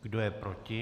Kdo je proti?